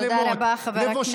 תודה רבה, חבר הכנסת.